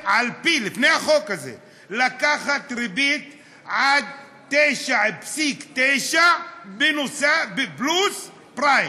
לפני החוק הזה, לקחת ריבית עד 9.9% פלוס פריים.